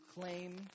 claim